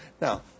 Now